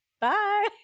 Bye